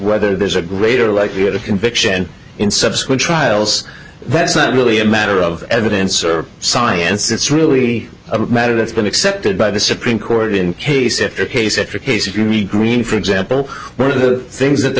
whether there's a greater likelihood of conviction in subsequent trials that's not really a matter of evidence or science it's really a matter that's been accepted by the supreme court in case after case after case you can be green for example one of the things that the